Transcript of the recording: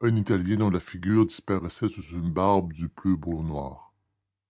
un italien dont la figure disparaissait sous une barbe du plus beau noir